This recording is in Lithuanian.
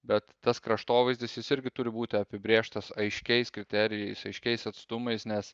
bet tas kraštovaizdis jis irgi turi būti apibrėžtas aiškiais kriterijais aiškiais atstumais nes